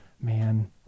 man